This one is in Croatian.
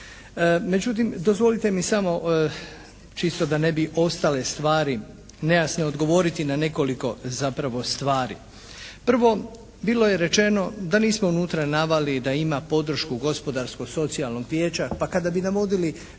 Međutim dozvolite mi samo čisto da ne bi ostale stvari nejasne, odgovoriti na nekoliko zapravo stvari. Prvo bilo je rečeno da nismo unutra naveli da ima podršku Gospodarsko-socijalnog vijeća. Pa kada bi navodili